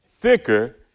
thicker